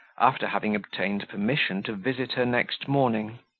after having obtained permission to visit her next morning,